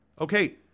Okay